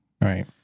Right